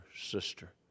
sister